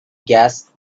gas